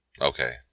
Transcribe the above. Okay